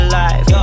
life